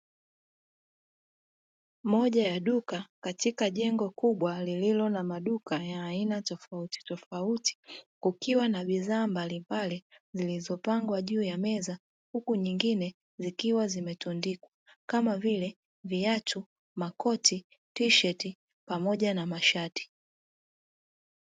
Moja ya duka katika jengo kubwa lililo na maduka ya aina tofauti tofauti, kukiwa na bidhaa mbalimbali, zilizopangwa juu ya meza huku nyingine zikiwa zimetundikwa kama vile viatu, makoti, tisheti pamoja na mashati.